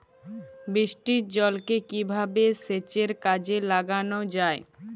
বৃষ্টির জলকে কিভাবে সেচের কাজে লাগানো যায়?